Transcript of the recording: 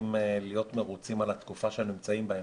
צריכים להיות מרוצים על התקופה שהם נמצאים בה,